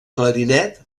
clarinet